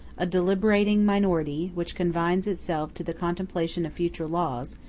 a deliberating minority, which confines itself to the contemplation of future laws,